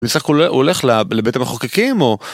ניסח, הוא ללכת לבית המחוקקים או